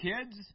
kids